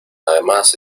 además